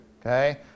Okay